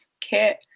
kit